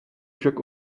však